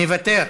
מוותר,